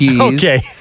Okay